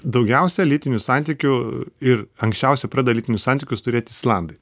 daugiausia lytinių santykių ir anksčiausia pradeda lytinius santykius turėti islandai